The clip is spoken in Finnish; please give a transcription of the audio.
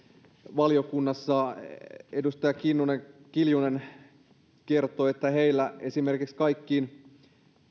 valiokunnassa edustaja kiljunen kiljunen kertoi että heillä esimerkiksi kaikkiin